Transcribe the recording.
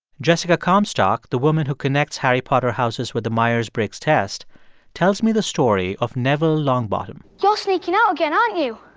jessica comstock, the woman who connects harry potter houses with the myers-briggs test tells me the story of neville longbottom you're sneaking out ah again, aren't you?